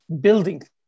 building